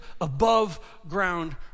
above-ground